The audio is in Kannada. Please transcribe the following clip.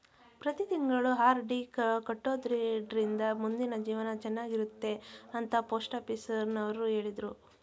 ಪ್ರತಿ ತಿಂಗಳು ಆರ್.ಡಿ ಕಟ್ಟೊಡ್ರಿಂದ ಮುಂದಿನ ಜೀವನ ಚನ್ನಾಗಿರುತ್ತೆ ಅಂತ ಪೋಸ್ಟಾಫೀಸುನವ್ರು ಹೇಳಿದ್ರು